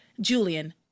Julian